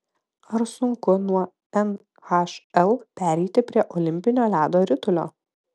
ar sunku nuo nhl pereiti prie olimpinio ledo ritulio